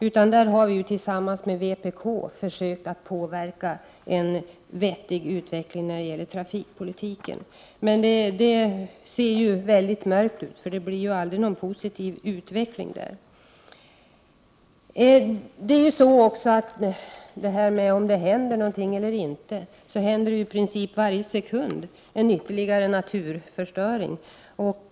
Vi har tillsammans med vpk försökt utöva påverkan för en vettig utveckling av trafikpolitiken, men det ser mycket mörkt ut, eftersom det hittills inte har ägt rum någon positiv utveckling på det området. I vad gäller frågan om det händer någonting eller inte vill jag säga att det i princip händer något varje sekund i form av ytterligare naturförstöring.